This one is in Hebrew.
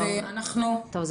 לא -- ואנחנו -- טוב,